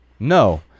No